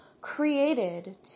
created